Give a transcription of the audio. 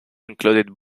included